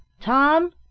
tom